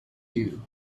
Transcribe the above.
you